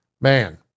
man